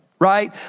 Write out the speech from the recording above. Right